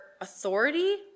authority